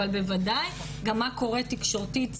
אבל בוודאי גם מה קורה תקשורתית,